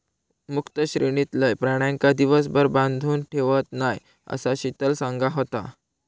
मुक्त श्रेणीतलय प्राण्यांका दिवसभर बांधून ठेवत नाय, असा शीतल सांगा होता